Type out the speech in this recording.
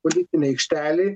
politinėj aikštelėj